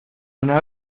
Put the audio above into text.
una